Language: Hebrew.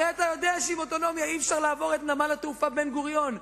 הרי אתה יודע שעם אוטונומיה אי-אפשר לעבור את נמל התעופה בן-גוריון.